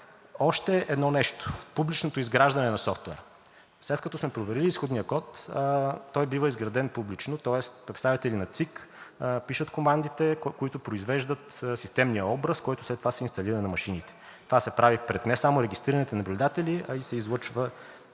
Още едно нещо – публичното изграждане на софтуера. След като са проверили изходния код, той бива изграден публично, тоест представители на ЦИК пишат командите, които произвеждат системния образ, който след това се инсталира на машините. Това се прави пред не само регистрираните наблюдатели, а и се излъчва